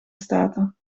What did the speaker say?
staten